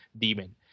demon